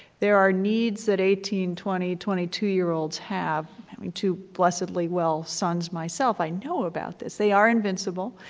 there are needs that eighteen, twenty, twenty two year olds have. i have mean two blessedly well sons myself, i know about this, they are invincible,